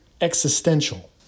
existential